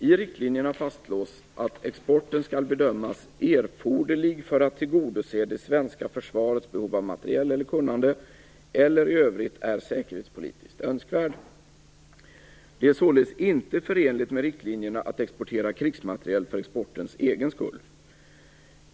I riktlinjerna fastslås att exporten skall bedömas "erforderlig för att tillgodose det svenska försvarets behov av materiel eller kunnande eller i övrigt är säkerhetspolitiskt önskvärd". Det är således inte förenligt med riktlinjerna att exportera krigsmateriel för exportens egen skull.